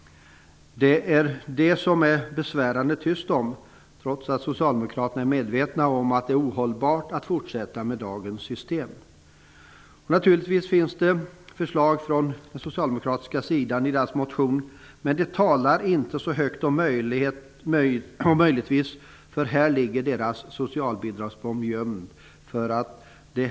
Den saken är det besvärande tyst om, trots att socialdemokraterna är medvetna om det är ohållbart att fortsätta med dagens system. Naturligtvis finns det förslag från den socialdemokratiska sidan i deras motion, men den saken talas det inte så högt om, för där ligger en socialbidragsbomb gömd.